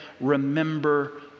remember